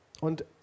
und